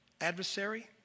adversary